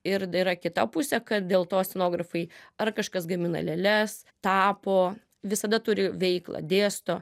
ir yra kita pusė kad dėl to scenografai ar kažkas gamina lėles tapo visada turi veiklą dėsto